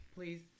Please